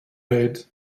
bed